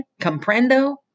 Comprendo